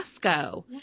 Costco